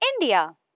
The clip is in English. India